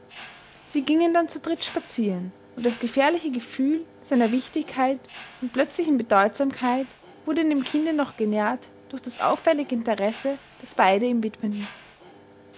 sie gingen dann zu dritt spazieren und das gefährliche gefühl seiner wichtigkeit und plötzlichen bedeutsamkeit wurde in dem kinde noch genährt durch das auffällige interesse das beide ihm widmeten